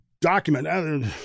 document